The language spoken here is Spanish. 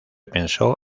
pensó